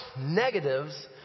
negatives